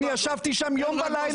אני ישבתי שם יום ולילה.